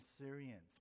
Assyrians